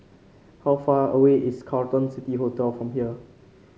how far away is Carlton City Hotel from here